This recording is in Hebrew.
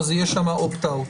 אז יהיה שם opt out.